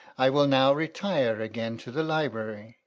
i will now retire again to the library.